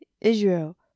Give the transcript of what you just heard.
Israel